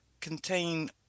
contain